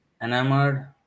enamored